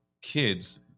kids